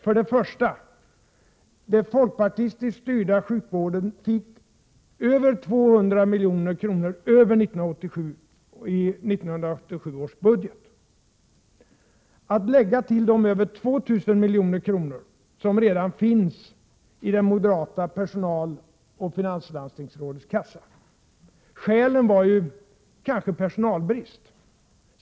För det första fick den folkpartistiskt styrda sjukvården över 200 milj.kr. över i 1987 års budget, att lägga till de över 2 000 milj.kr. som redan finns i det moderata personaloch finanslandstingsrådets kassa. Skälen var kanske personalbrist.